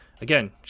Again